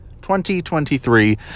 2023